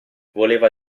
voleva